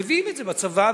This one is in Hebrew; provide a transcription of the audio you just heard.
מביאים את זה בצבא,